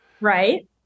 Right